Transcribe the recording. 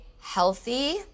healthy